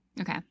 Okay